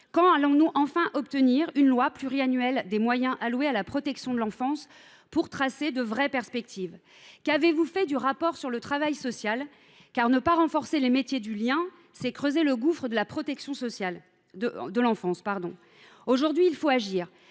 Quand obtiendrons nous enfin une loi pluriannuelle des moyens alloués à la protection de l’enfance pour tracer de vraies perspectives ? Qu’avez vous fait du rapport sur le travail social ? Ne pas renforcer les métiers du lien, c’est creuser le gouffre de la protection de l’enfance. Aujourd’hui, il faut agir